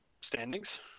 standings